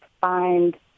find